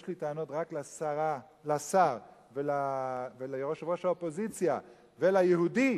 יש לי טענות רק לשר וליושבת-ראש האופוזיציה וליהודי,